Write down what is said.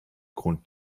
grund